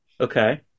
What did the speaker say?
Okay